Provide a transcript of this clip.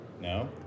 no